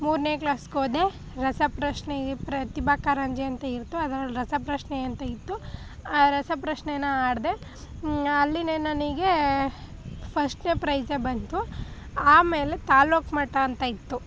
ಮೂರನೇ ಕ್ಲಾಸ್ಗೆ ಹೋದೆ ರಸಪ್ರಶ್ನೆಗೆ ಪ್ರತಿಭಾ ಕಾರಂಜಿ ಅಂತ ಇರುತ್ತೆ ಅದ್ರಲ್ಲಿ ರಸಪ್ರಶ್ನೆ ಅಂತ ಇತ್ತು ಆ ರಸಪ್ರಶ್ನೆನ ಆಡಿದೆ ಅಲ್ಲಿಯೇ ನನಗೆ ಫಸ್ಟ್ನೇ ಪ್ರೈಝೇ ಬಂತು ಆಮೇಲೆ ತಾಲ್ಲೂಕು ಮಟ್ಟ ಅಂತ ಇತ್ತು